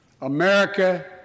America